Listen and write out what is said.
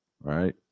right